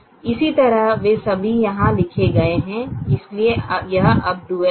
इसी तरह वे सभी यहां लिखे गए हैं इसलिए यह अब डुअल है